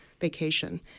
vacation